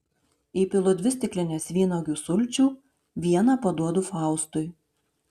įpilu dvi stiklines vynuogių sulčių vieną paduodu faustui